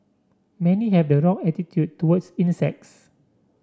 many have the wrong attitude towards insects